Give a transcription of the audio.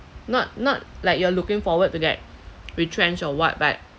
not not like you are looking forward to get retrenched or what but